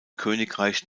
königreich